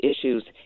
issues